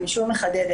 אני שוב מחדדת,